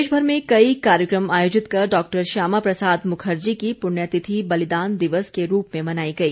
प्रदेशभर में कई कार्यक्रम आयोजित कर डॉ श्यामा प्रसाद मुखर्जी की पुण्य तिथि बलिदान दिवस के रूप में मनाई गई